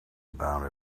about